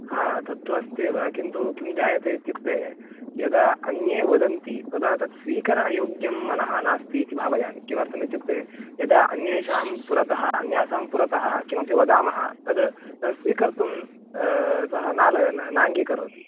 ह तत्तु अस्त्येव किन्तु किं जायते इत्युक्ये यदा अन्ये वदन्ति तदा तत्स्वीकरणयोग्यं मनः नास्तीति भावयामि किमर्थमित्युक्ते यदा अन्येषां पुरतः अन्यासां पुरतः किमपि वदामः तद् तत् स्वीकर्तुं सः नाल न नाङ्गीकरोति